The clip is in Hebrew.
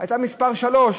מס' 3,